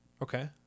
Okay